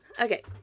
Okay